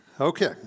Okay